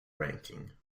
ranking